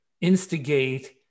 instigate